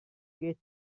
get